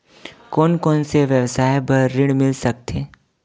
कोन कोन से व्यवसाय बर ऋण मिल सकथे?